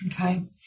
Okay